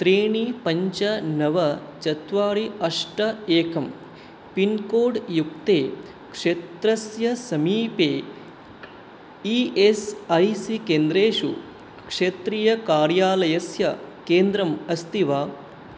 त्रीणि पञ्च नव चत्वारि अष्ट एकं पिन्कोड् युक्ते क्षेत्रस्य समीपे ई एस् ऐ सी केन्द्रेषु क्षेत्रीयकार्यालयस्य केन्द्रम् अस्ति वा